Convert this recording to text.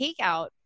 takeout